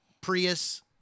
Prius